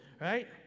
right